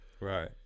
Right